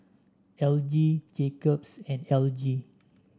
L G Jacob's and L G